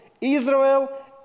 Israel